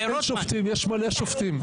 יש מלא שופטים.